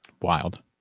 Wild